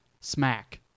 smack